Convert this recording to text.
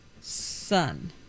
son